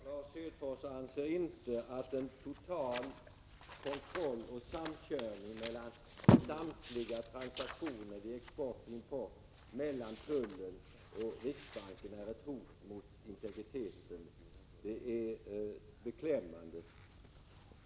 Herr talman! Lars Hedfors anser inte att en total kontroll och samkörning mellan tullen och riksbanken beträffande samtliga transaktioner vid export och import är ett hot mot integriteten. Det är beklämmande.